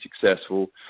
successful